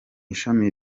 ishami